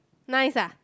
nice ah